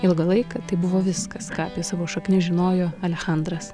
ilgą laiką tai buvo viskas ką apie savo šaknis žinojo alechandras